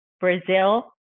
Brazil